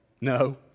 no